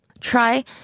Try